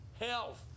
health